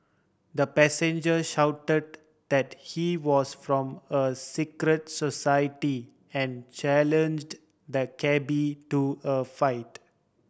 the passenger shouted that he was from a secret society and challenged the cabby to a fight